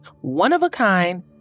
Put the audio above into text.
one-of-a-kind